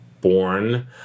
born